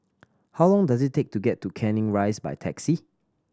how long does it take to get to Canning Rise by taxi